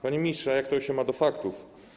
Panie ministrze, jak to się ma do faktów?